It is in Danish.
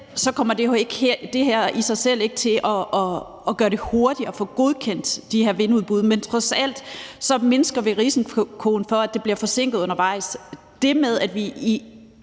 her kommer i sig selv ikke til at gøre det hurtigere at få godkendt de her vindudbud, men trods alt mindsker vi risikoen for, at det bliver forsinket undervejs. Det med, at vi i